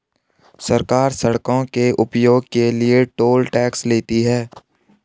सरकार सड़कों के उपयोग के लिए टोल टैक्स लेती है